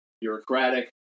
bureaucratic